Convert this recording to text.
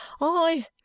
I